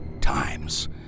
times